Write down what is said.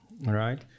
right